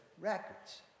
records